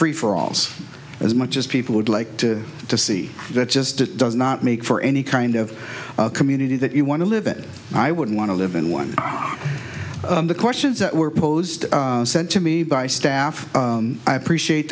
free for alls as much as people would like to see that just does not make for any kind of community that you want to live it i wouldn't want to live in one of the questions that were posed to me by staff i appreciate